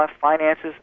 finances